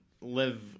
live